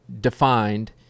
defined